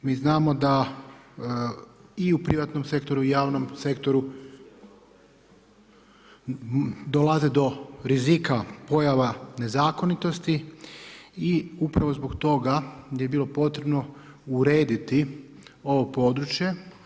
Mi znamo da i u privatnom sektoru i u javnom sektoru, dolazi do rizika pojava nezakonitosti i upravo zbog toga bi bilo potrebno urediti ovo područje.